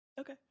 okay